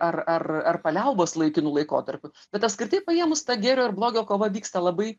ar ar ar paliaubos laikinu laikotarpiu bet apskritai paėmus ta gėrio ir blogio kova vyksta labai